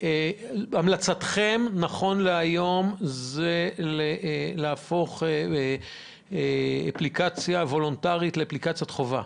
המלצתכם נכון להיום היא להפוך אפליקציה וולונטרית לאפליקציית חובה,